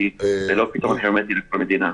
על פתרון סטטיסטי ולא פתרון הרמטי לכל מדינה.